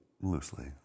Loosely